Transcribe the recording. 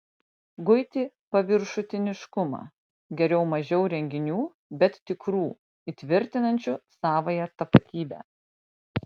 guiti paviršutiniškumą geriau mažiau renginių bet tikrų įtvirtinančių savąją tapatybę